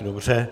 Dobře.